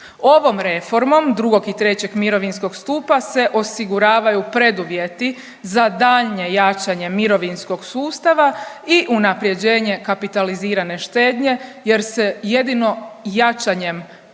Ovom reformom II. i III. mirovinskog stupa se osiguravaju preduvjeti za daljnje jačanje mirovinskog sustava i unaprjeđenje kapitalizirane štednje jer se jedino jačanjem tog